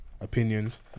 opinions